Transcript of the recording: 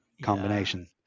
Combination